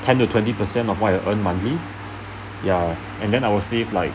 ten to twenty percent of what I earn monthly ya and then I will save like